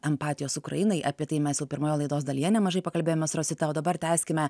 empatijos ukrainai apie tai mes jau pirmoje laidos dalyje nemažai pakalbėjome su rosita o dabar tęskime